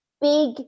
big